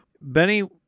Benny